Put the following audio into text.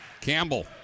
Campbell